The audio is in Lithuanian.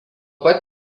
pat